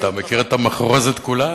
אתה מכיר את המחרוזת כולה,